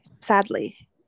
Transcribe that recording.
sadly